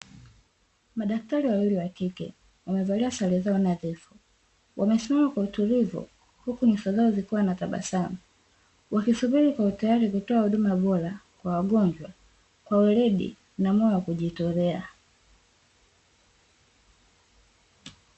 Madaktari wawili wakike, wamevalia sare zao nadhifu, wamesimama kwa utulivu uku nyuso zao zikiwa na tabasamu wakisubiri kwa utayari kutoa huduma kwa wagonjwa kwa weredi na moyo wa kujitolea.